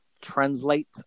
translate